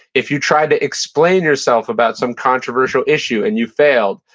if you tried to explain yourself about some controversial issue, and you failed,